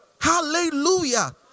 Hallelujah